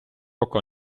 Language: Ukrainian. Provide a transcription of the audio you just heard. око